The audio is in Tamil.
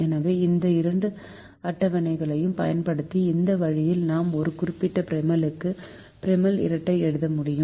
எனவே இந்த இரண்டு அட்டவணைகளையும் பயன்படுத்தி இந்த வழியில் நாம் ஒரு குறிப்பிட்ட ப்ரைமலுக்கான ப்ரிமலை இரட்டை எழுத முடியும்